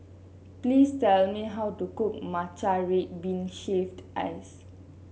please tell me how to cook Matcha Red Bean Shaved Ice